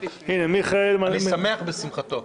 אני שמח בשמחתו.